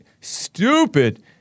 stupid